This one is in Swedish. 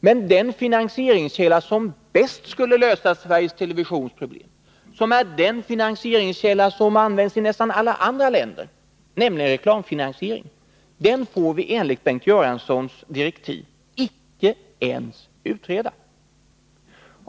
Men den finansieringskälla som bäst skulle lösa Sveriges Televisions problem, som är den finansieringskälla som används i nästan alla andra länder, nämligen reklamfinansiering, får vi enligt Bengt Göranssons direktiv icke ens utreda!